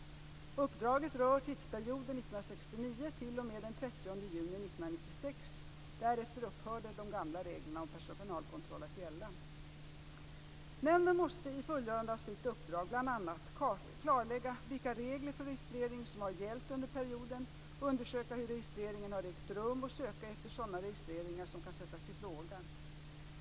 Uppdraget rör tidsperioden 1969 t.o.m. den 30 juni 1996. Därefter upphörde de gamla reglerna om personalkontroll att gälla. Nämnden måste i fullgörandet av sitt uppdrag bl.a. klarlägga vilka regler för registrering som har gällt under perioden, undersöka hur registreringar har ägt rum och söka efter sådana registreringar som kan sättas i fråga.